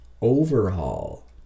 overhaul